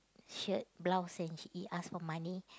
shirt blouse and he ask for money